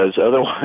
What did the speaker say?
otherwise